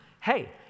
Hey